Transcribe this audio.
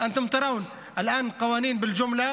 להלן תרגומם: האחים המכובדים,